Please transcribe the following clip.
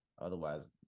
Otherwise